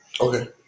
Okay